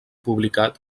publicat